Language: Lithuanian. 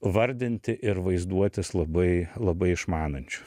vardinti ir vaizduotis labai labai išmanančiu